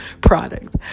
product